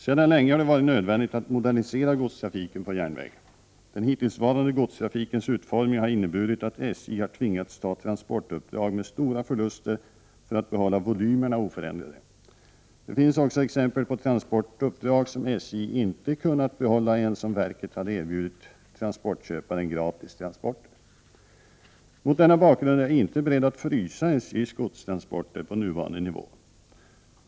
Sedan länge har det varit nödvändigt att modernisera godstrafiken på järnväg. Den hittillsvarande godstrafikens utformning har inneburit att SJ har tvingats ta transportuppdrag med stora förluster för att behålla volymerna oförändrade. Det finns också exempel på transportuppdrag som SJ inte kunnat behålla ens om verket hade erbjudit transportköparen gratis transporter. Mot denna bakgrund är jag inte beredd att ”frysa” SJ:s godstransporter på nuvarande nivå.